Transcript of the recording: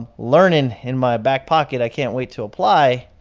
learning in my back pocket i can't wait to apply.